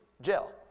jail